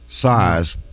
size